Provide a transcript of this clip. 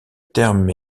terme